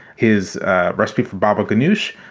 his recipe for babakhan use,